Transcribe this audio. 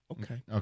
Okay